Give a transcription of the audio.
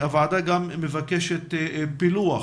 עדיין לגבי המשרד לביטחון